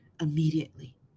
immediately